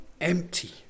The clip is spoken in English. empty